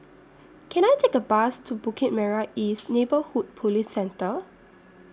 Can I Take A Bus to Bukit Merah East Neighbourhood Police Centre